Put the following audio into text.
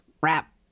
rap